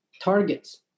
targets